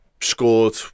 scored